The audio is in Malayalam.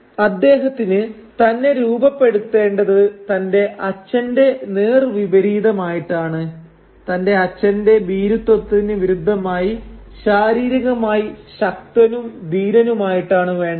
അദ്ദേഹത്തിന് തന്നെ രൂപപ്പെടുത്തേണ്ടത് തന്റെ അച്ഛന്റെ നേർവിപരീതമായിട്ടാണ് തന്റെ അച്ഛന്റെ ഭീരുത്വത്തിന് വിരുദ്ധമായി ശാരീരികമായി ശക്തനും ധീരനുമായിട്ടാണ് വേണ്ടത്